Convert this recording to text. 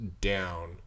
down